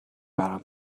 برام